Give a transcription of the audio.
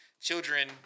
children